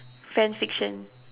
fan fiction